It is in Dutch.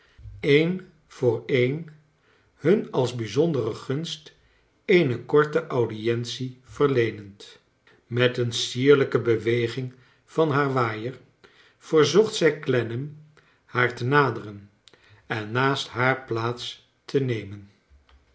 een voor een hnn als bijzondere gunst eene korte audientie verleenend met een sierlijke beweging van haar waaier verzocht zij clennam haar te naderen en naast haar plaats te nemen